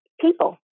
people